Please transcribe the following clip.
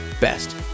best